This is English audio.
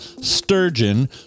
sturgeon